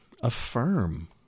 affirm